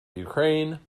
ukraine